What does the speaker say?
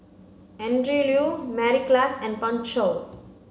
Andrew Lee Mary Klass and Pan Shou